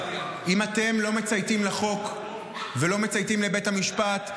אם אתם לא מצייתים לחוק ולא מצייתים לבית המשפט,